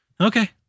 Okay